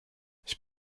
ich